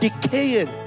decaying